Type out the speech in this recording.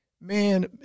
Man